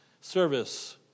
service